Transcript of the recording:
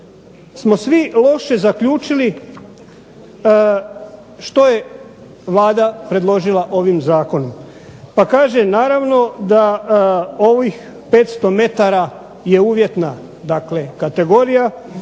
smo svi loše zaključili što je Vlada predložila ovim zakonom, pa kaže naravno da ovih 500 m je uvjetna dakle kategorija